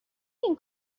این